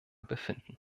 befinden